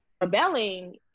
rebelling